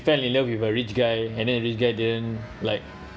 fell in love with a rich guy and then the rich guy didn’t like